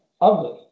ugly